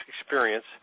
experience